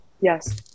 Yes